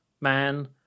man